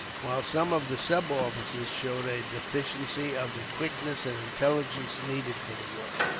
while some of the sub-officers showed a deficiency of the quickness and intelligence needed for the work.